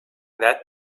that